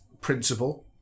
principle